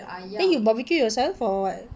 then you barbecue yourself or what